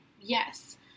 yes